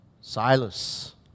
Silas